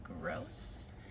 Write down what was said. gross